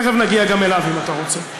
תכף נגיע גם אליו אם אתה רוצה.